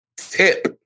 Tip